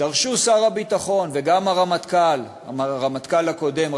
הופיעו שר הביטחון וגם הרמטכ"ל הקודם,